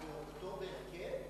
באוקטובר כן?